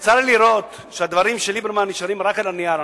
צר לי לראות שהדברים של ליברמן נשארים רק על הנייר.